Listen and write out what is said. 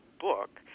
book